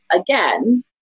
again